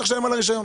לשלם על הרשיון?